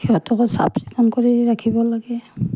সিহঁতকো চাফ চিকুণ কৰি ৰাখিব লাগে